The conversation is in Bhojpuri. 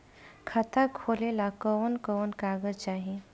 खाता खोलेला कवन कवन कागज चाहीं?